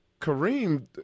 Kareem